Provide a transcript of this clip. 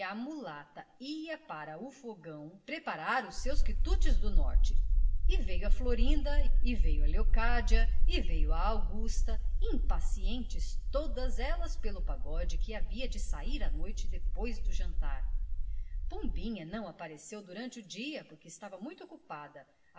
mulata ia para o fogão preparar os seus quitutes do norte e veio a florinda e veio a leocádia e veio a augusta impacientes todas elas pelo pagode que havia de sair à noite depois do jantar pombinha não apareceu durante o dia porque estava muito ocupada